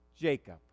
Jacob